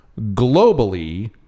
globally